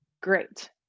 Great